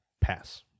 Pass